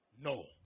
No